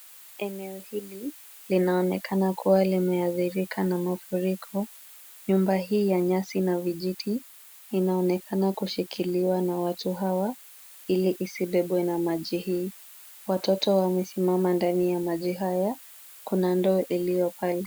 Eneo hili linaonekana kuwa limeathirika na mafuriko. Nyumba hii ya nyasi na vijiti, inaonekana kushikiliwa na watu hawa ili isibebwa na maji hii. Watoto wamesimama ndani ya maji haya. Kuna ndoo iliyo pale.